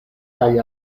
kaj